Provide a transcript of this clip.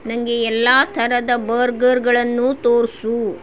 ನನಗೆ ಎಲ್ಲ ಥರದ ಬರ್ಗರ್ಗಳನ್ನು ತೋರಿಸು